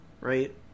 right